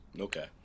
Okay